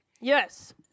Yes